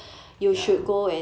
ya